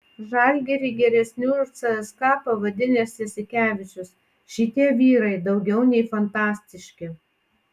žalgirį geresniu už cska pavadinęs jasikevičius šitie vyrai daugiau nei fantastiški